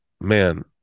man